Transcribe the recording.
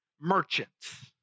Merchants